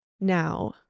Now